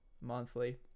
monthly